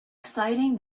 exciting